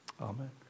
Amen